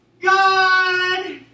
God